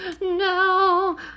no